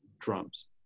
drums